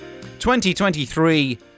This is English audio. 2023